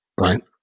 Right